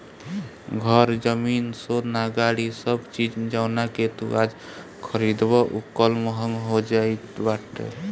घर, जमीन, सोना, गाड़ी सब चीज जवना के तू आज खरीदबअ उ कल महंग होई जात बाटे